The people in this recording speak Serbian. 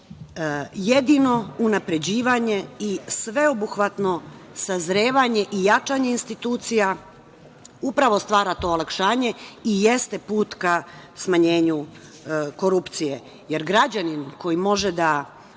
unapređivanje i sveobuhvatno sazrevanje i jačanje institucija upravo stvara to olakšanje i jeste put ka smanjenju korupcije,